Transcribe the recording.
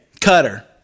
Cutter